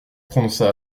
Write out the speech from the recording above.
prononça